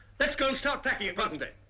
let's go and start packing at but and